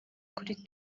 kuri